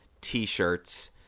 T-shirts